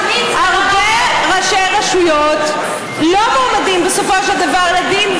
הרבה ראשי רשויות לא מועמדים בסופו של דבר לדין,